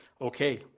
Okay